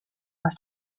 was